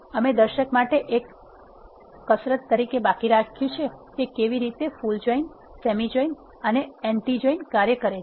અમે દર્શક માટે એક કસરત તરીકે બાકી રાખ્યુ છે કે કેવી રીતે ફુલ જોઇન સેમી જોઇન અને એન્ટી જોઇન કાર્ય કરે છે